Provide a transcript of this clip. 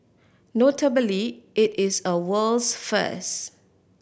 notably it is a world's first